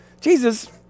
Jesus